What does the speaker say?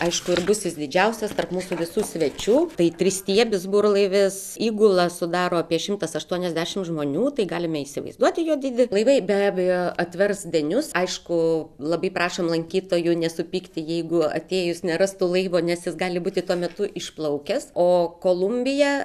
aišku ir bus jis didžiausias tarp mūsų visų svečių tai tristiebis burlaivis įgulą sudaro apie šimtas aštuoniasdešimt žmonių tai galime įsivaizduoti jo dydį laivai be abejo atvers denius aišku labai prašom lankytojų nesupykti jeigu atėjus nerastų laivo nes jis gali būti tuo metu išplaukęs o kolumbija